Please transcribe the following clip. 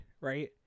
right